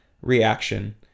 reaction